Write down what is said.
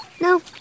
No